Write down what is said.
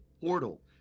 Portal